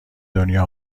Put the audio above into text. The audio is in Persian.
دنیا